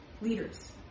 leaders